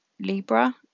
Libra